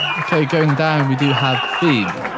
okay, going down, we do have theme.